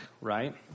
right